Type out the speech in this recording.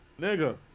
nigga